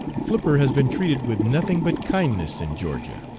flipper has been treated with nothing but kindness in georgia.